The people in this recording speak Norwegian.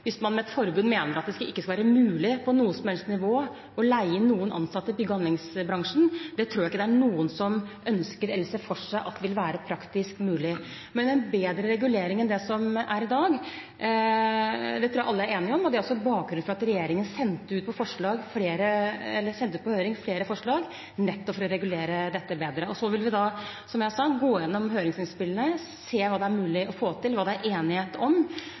hvis man med et forbud mener at det ikke skal være mulig på noe som helst nivå å leie inn noen ansatte i bygg- og anleggsbransjen. Det tror jeg ikke det er noen som ønsker eller ser for seg vil være praktisk mulig, men en bedre regulering enn det som er i dag, tror jeg alle er enige om. Det er også bakgrunnen for at regjeringen sendte ut på høring flere forslag, nettopp for å regulere dette bedre. Vi vil, som jeg sa, gå gjennom høringsinnspillene, se hva det er mulig å få til, hva det er enighet om,